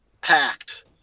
packed